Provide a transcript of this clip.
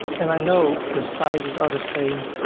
and i know the sizes are the same,